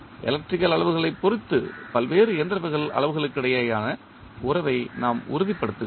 electrical அளவுகளைப் பொறுத்து பல்வேறு இயந்திரவியல் அளவுகளுக்கிடையேயான உறவை நாம் உறுதிப்படுத்துகிறோம்